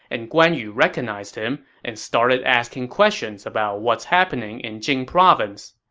and guan yu recognized him and started asking questions about what's happening in jing province.